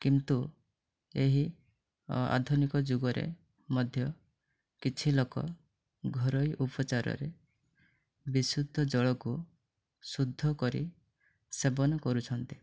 କିନ୍ତୁ ଏହି ଆଧୁନିକ ଯୁଗରେ ମଧ୍ୟ କିଛି ଲୋକ ଘରୋଇ ଉପଚାରରେ ବିଶୁଦ୍ଧ ଜଳକୁ ଶୁଦ୍ଧ କରି ସେବନ କରୁଛନ୍ତି